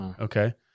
Okay